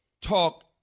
talk